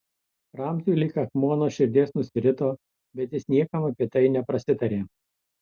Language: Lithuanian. ramziui lyg akmuo nuo širdies nusirito bet jis niekam apie tai neprasitarė